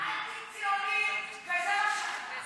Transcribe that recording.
כזה קטן, אנטי-ציוני, וזה מה שאתה.